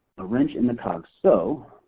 ah wrench in the cogs. so,